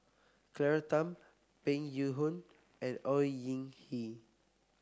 Claire Tham Peng Yuyun and Au Hing Yee